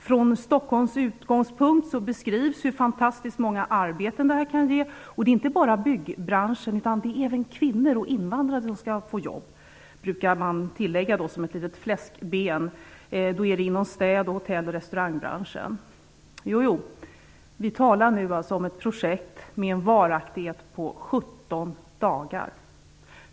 Från Stockholms utgångspunkt beskrivs hur fantastiskt många arbeten det kan ge. De skall inte bara uppstå inom byggbranschen - även kvinnor och invandrare skall få jobb, brukar man tillägga, som ett litet fläskben. Men då är det inom städ-, hotell och restaurangbranschen. Vi talar nu om ett projekt med en varaktighet på 17 dagar.